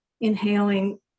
inhaling